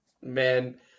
Man